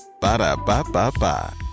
Ba-da-ba-ba-ba